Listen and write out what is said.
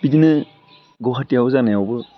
बिदिनो गुवाहाटियाव जानायावबो